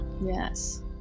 Yes